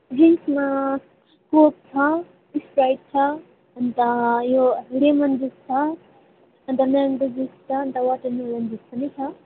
ड्रिङ्क्समा Coke छ Sprite छ अन्त यो लेमन जुस छ अन्त मेङ्गो जुस छ अन्त वाटर मेलन जुस पनि छ